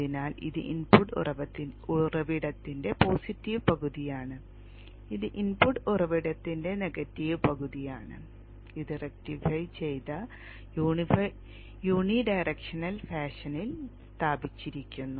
അതിനാൽ ഇത് ഇൻപുട്ട് ഉറവിടത്തിന്റെ പോസിറ്റീവ് പകുതിയാണ് ഇത് ഇൻപുട്ട് ഉറവിടത്തിന്റെ നെഗറ്റീവ് പകുതിയാണ് ഇത് റെക്റ്റിഫൈ ചെയ്ത് യൂണി ഡയറക്ഷനൽ ഫാഷനിൽ സ്ഥാപിച്ചിരിക്കുന്നു